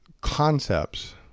concepts